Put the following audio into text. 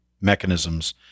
mechanisms